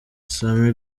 sam